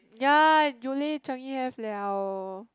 ya Yole Changi have [liao]